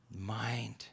mind